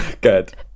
Good